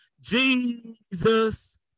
Jesus